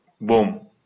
boom